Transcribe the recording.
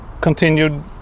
continued